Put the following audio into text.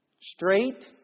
Straight